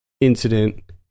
incident